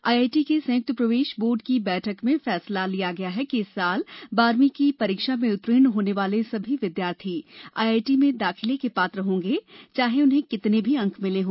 IIT के संयुक्त प्रवेश बोर्ड की बैठक में यह फैसला लिया गया कि इस वर्ष बारहवीं की परीक्षा में उत्तीर्ण होने वाले सभी विद्यार्थी आईआईटी में दाखिले के पात्र होंगे चाहे उन्हें कितने भी अंक मिले हों